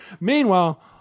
Meanwhile